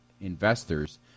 investors